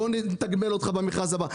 בוא נתגמל אותך במכרז הבא.